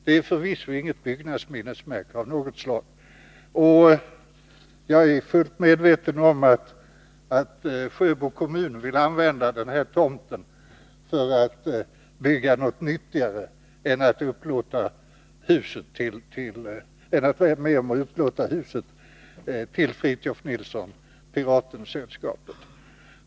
Det är förvisso inget byggnadsminnesmärke, och jagär fullt medveten om att Sjöbo kommun vill använda tomten för att bygga något nyttigare än detta hus, i stället för att upplåta det till Fritiof Nilsson Piraten-sällskapet.